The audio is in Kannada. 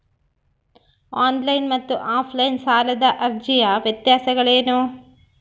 ಆನ್ ಲೈನ್ ಮತ್ತು ಆಫ್ ಲೈನ್ ಸಾಲದ ಅರ್ಜಿಯ ವ್ಯತ್ಯಾಸಗಳೇನು?